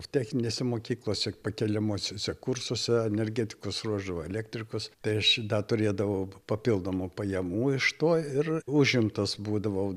proftechninėse mokyklose pakeliamuosiuose kursuose energetikos ruošdavau elektrikus ta aš da turėdavau papildomų pajamų iš to ir užimtas būdavau